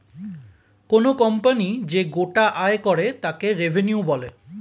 কোনো কোম্পানি যে গোটা আয় করে তাকে রেভিনিউ বলে